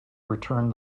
returned